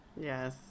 Yes